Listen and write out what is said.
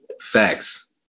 Facts